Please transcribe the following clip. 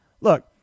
look